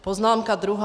Poznámka druhá.